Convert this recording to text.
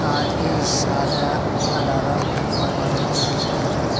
آج کے سارے الارم پرمانینٹلی اسنوز کر دو